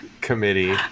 committee